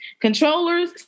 Controllers